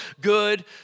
good